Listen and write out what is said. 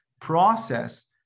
process